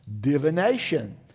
divination